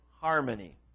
harmony